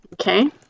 Okay